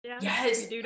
Yes